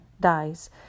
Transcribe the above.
dies